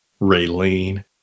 Raylene